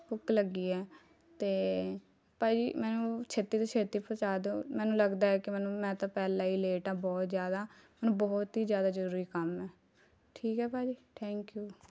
ਭੁੱਖ ਲੱਗੀ ਹੈ ਅਤੇ ਭਾਅ ਜੀ ਮੈਨੂੰ ਛੇਤੀ ਤੋਂ ਛੇਤੀ ਪਹੁੰਚਾ ਦਿਓ ਮੈਨੂੰ ਲੱਗਦਾ ਹੈ ਕਿ ਮੈਨੂੰ ਮੈਂ ਤਾਂ ਪਹਿਲਾਂ ਹੀ ਲੇਟ ਹਾਂ ਬਹੁਤ ਜ਼ਿਆਦਾ ਹੁਣ ਬਹੁਤ ਹੀ ਜ਼ਿਆਦਾ ਜ਼ਰੂਰੀ ਕੰਮ ਹੈ ਠੀਕ ਹੈ ਭਾਅ ਜੀ ਥੈਂਕ ਯੂ